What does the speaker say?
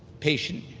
patient,